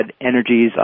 energies